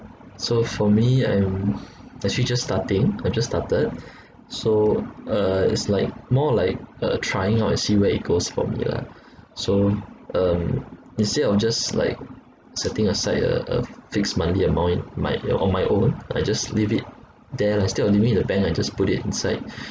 so for me I'm actually just starting I just started so uh it's like more like uh trying out and see where it goes for me lah so um instead of just like setting aside a a fixed monthly amount in my on my own I just leave it there lah instead of leaving it in the bank I just put it inside